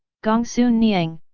gongsun niang,